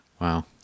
wow